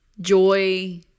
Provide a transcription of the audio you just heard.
joy